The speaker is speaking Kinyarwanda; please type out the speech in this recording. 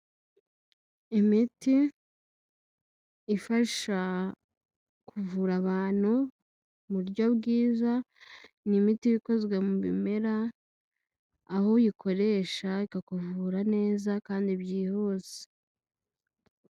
Imiti ifasha kuvura abantu mu buryo bwiza, ni imiti ikozwe mu bimera, aho uyikoresha ikakuvura neza kandi byihuse.